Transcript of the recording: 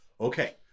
okay